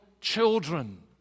children